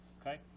okay